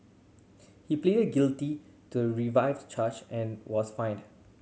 he pleaded guilty to revised charge and was fined